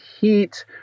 Heat